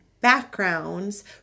backgrounds